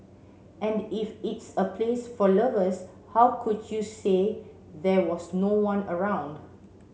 and if it's a place for lovers how could you say there was no one around